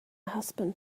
husband